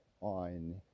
on